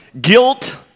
Guilt